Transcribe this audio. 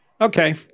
okay